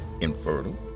infertile